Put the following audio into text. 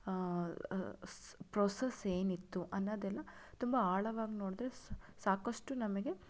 ಸ್ ಪ್ರೋಸೆಸ್ ಏನಿತ್ತು ಅನ್ನೋದೆಲ್ಲ ತುಂಬ ಆಳವಾಗಿ ನೋಡಿದರೆ ಸಾಕಷ್ಟು ನಮಗೆ